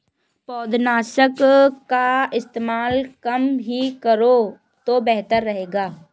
पौधनाशक का इस्तेमाल कम ही करो तो बेहतर रहेगा